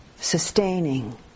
sustaining